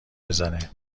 بزنه